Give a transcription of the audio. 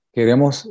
Queremos